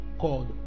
called